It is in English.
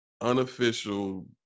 unofficial